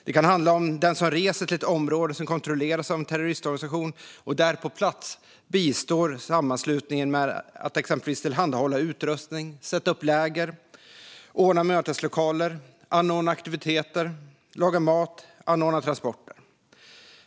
Det kan handla om den som reser till ett område som kontrolleras av en terroristorganisation och där på plats bistår sammanslutningen med att exempelvis tillhandahålla utrustning, sätta upp läger, ordna möteslokaler, anordna aktiviteter, laga mat eller anordna transporter.